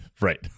right